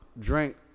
drink